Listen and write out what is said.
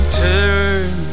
turn